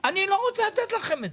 לו אפשרות להשכיר את הדירה.